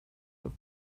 have